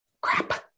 crap